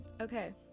okay